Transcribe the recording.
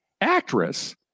actress